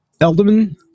Elderman